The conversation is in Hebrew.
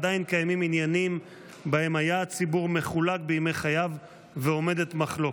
ועדיין קיימים עניינים בהם היה הציבור מחולק בימי חייו ועומדת מחלוקת".